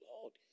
Lord